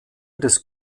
des